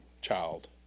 child